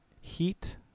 heat